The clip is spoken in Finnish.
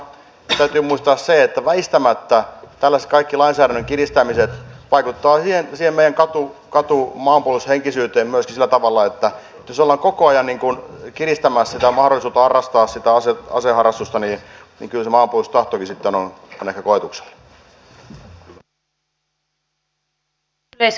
täytyy muistaa se että väistämättä tällaiset kaikki lainsäädännön kiristämiset vaikuttavat siihen meidän katumaanpuolustushenkisyyteen sillä tavalla että jos ollaan koko ajan kiristämässä mahdollisuutta harrastaa sitä aseharrastusta niin kyllä se maanpuolustustahtokin sitten on ehkä koetuksella